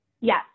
Yes